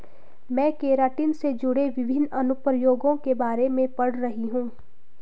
मैं केराटिन से जुड़े विभिन्न अनुप्रयोगों के बारे में पढ़ रही हूं